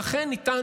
ואכן ניתן